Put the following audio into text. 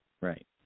Right